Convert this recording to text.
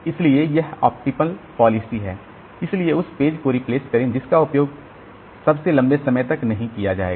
इसलिए यह optimal policy है इसलिए उस पेज को रिप्लेस करें जिसका उपयोग सबसे लंबे समय तक नहीं किया जाएगा